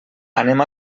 anem